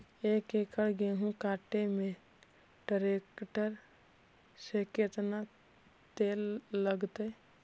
एक एकड़ गेहूं काटे में टरेकटर से केतना तेल लगतइ?